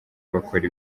bakora